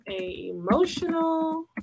emotional